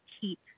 keep